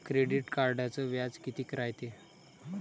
Credit कार्डचं व्याज कितीक रायते?